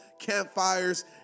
campfires